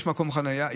יש מקום חניה,